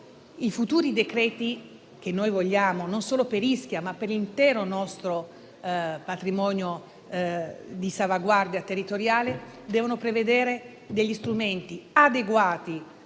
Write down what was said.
I futuri decreti, che noi vogliamo non solo per Ischia ma per l'intero nostro patrimonio e per la salvaguardia territoriale, devono prevedere degli strumenti adeguati